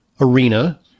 arena